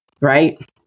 right